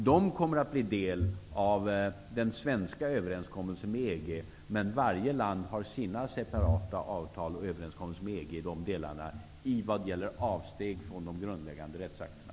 Dessa kommer att bli en del i den svenska överenskommelsen med EG, men varje land har sina separata avtal och överenskommelser med EG vad gäller avsteg från de grundläggande rättsakterna.